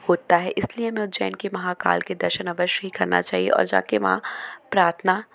होता है इसलिए मैं उज्जैन के महाकाल के दर्शन अवश्य ही करना चाहिए और जाके वहाँ प्रार्थना